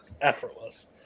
effortless